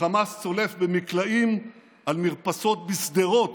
חמאס צולף במקלעים על מרפסות בשדרות?